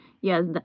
Yes